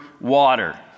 water